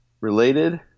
Related